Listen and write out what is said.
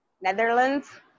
Netherlands